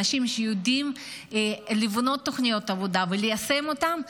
אנשים שיודעים לבנות תוכניות עבודה וליישם אותן,